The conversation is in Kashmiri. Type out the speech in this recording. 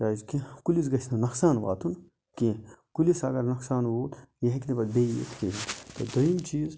کیازکہِ کُلِس گَژھِ نہٕ نۄقصان واتُن کینٛہہ کُلِس اگر نۄقصان ووت یہِ ہیٚکہِ نہٕ پَتہٕ بیٚیہِ یِتھ کِہیٖنۍ دوٚیِم چیٖز